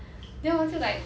then 我就 like